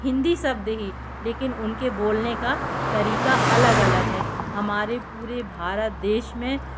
हिंदी शब्द ही लेकिन उनके बोलने का तरीका अलग अलग है हमारे पूरे भारत देश में